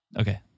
Okay